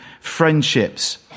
friendships